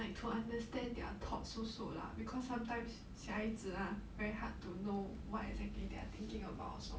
like to understand their thoughts also lah because sometimes 小孩子 ah very hard to know what exactly they are thinking about also